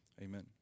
Amen